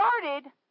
started